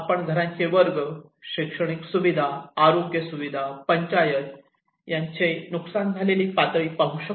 आपण घरांचे वर्ग व शैक्षणिक सुविधा आरोग्य सुविधा पंचायत यांचे नुकसान झालेली पातळी पाहू शकतो